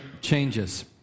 changes